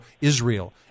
Israel